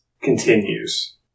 continues